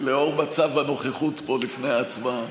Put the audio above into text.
לאור מצב הנוכחות פה לפני ההצבעה.